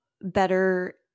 better